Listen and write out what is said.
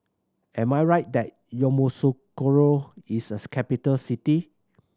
am I right that Yamoussoukro is a capital city